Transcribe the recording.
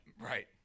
Right